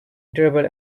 durable